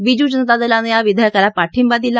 बिजूजनता दलानं या विधेयकाला पाठिंबा दिला